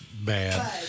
bad